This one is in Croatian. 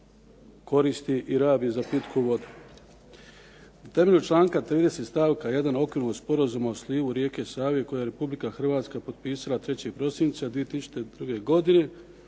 koristi i rabi za pitku vodu. Temeljem članka 30. stavka 1. Okvirnog sporazuma o slivu rijeke Save koji je Republika Hrvatska potpisala 3. prosinca 2002. godine